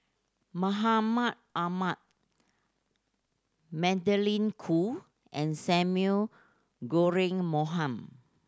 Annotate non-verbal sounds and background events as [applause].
Mahmud Ahmad Magdalene Khoo and Samuel [unintelligible] Bonham